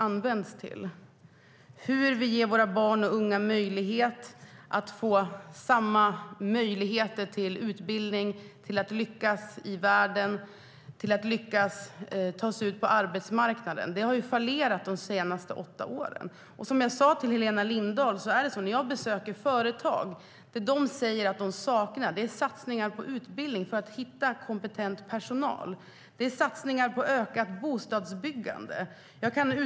Hur ger vi våra barn och unga samma möjlighet till utbildning, samma möjlighet att ta sig ut på arbetsmarknaden och samma möjlighet att lyckas i världen? Det har ju inte fungerat de senaste åtta åren. Företagen vill även ha satsningar på ökat bostadsbyggande.